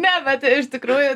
ne bet iš tikrųjų